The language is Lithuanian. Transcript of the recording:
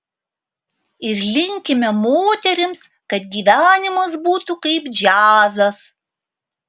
ir linkime moterims kad gyvenimas būtų kaip džiazas